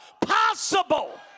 possible